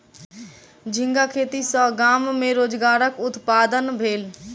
झींगा खेती सॅ गाम में रोजगारक उत्पादन भेल